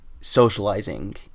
socializing